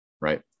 Right